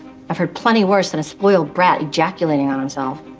i've had plenty worse than a spoiled brat ejaculating on himself.